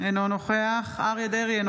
אינו נוכח אריה מכלוף דרעי,